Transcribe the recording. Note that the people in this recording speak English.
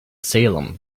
salem